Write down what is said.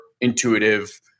intuitive